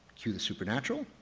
cue the supernatural,